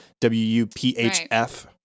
W-U-P-H-F